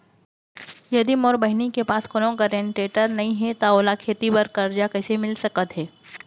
यदि मोर बहिनी के पास कोनो गरेंटेटर नई हे त ओला खेती बर कर्जा कईसे मिल सकत हे?